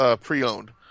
pre-owned